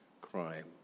Crime